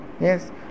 yes